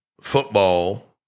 football